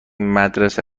مدرسه